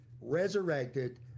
resurrected